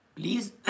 Please